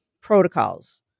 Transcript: protocols